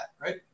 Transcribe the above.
right